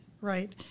right